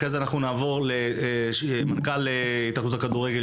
אחרי כן נעבור למנכ"ל התאחדות הכדורגל,